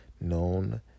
known